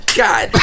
god